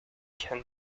can